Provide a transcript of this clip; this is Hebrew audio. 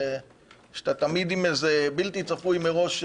שאתה תמיד עם איזה "בלתי צפוי מראש"